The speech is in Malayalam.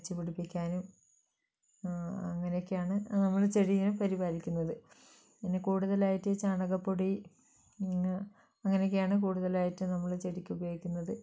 വച്ചുപിടിപ്പിക്കാനും അങ്ങനെയൊക്കെയാണ് നമ്മൾ ചെടീനെ പരിപാലിക്കുന്നത് അതിന് കൂടുതലായിട്ട് ചാണകപ്പൊടി അനങ്ങനെയൊക്കെയാണ് കൂടുതലായിട്ട് നമ്മൾ ചെടിക്ക് ഉപയോഗിക്കുന്നത്